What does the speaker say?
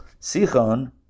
Sichon